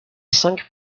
cinq